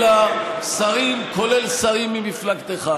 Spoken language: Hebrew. אלא שרים, כולל שרים ממפלגתך.